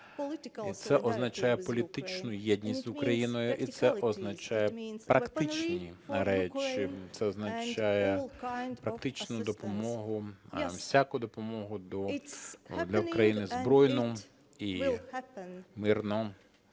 це означає політичну єдність з Україною, і це означає практичні речі, це означає практичну допомогу, всяку допомогу збройну і мирну.